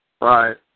Right